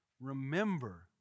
remember